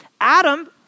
Adam